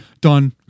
done